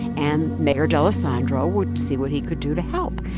and mayor d'alesandro would see what he could do to help.